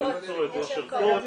יש ערכות